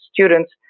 students